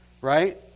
right